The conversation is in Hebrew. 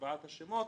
בקביעת השמות,